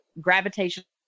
gravitational